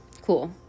Cool